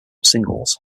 singles